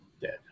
dead